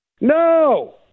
no